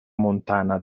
montana